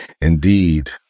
Indeed